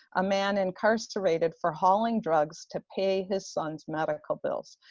a man incarcerated for hauling drugs to pay his son's medical bills.